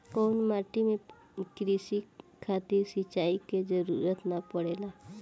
कउना माटी में क़ृषि खातिर सिंचाई क जरूरत ना पड़ेला?